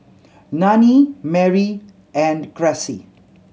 Nannie Mary and Cressie